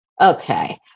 Okay